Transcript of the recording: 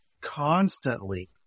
constantly